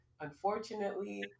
Unfortunately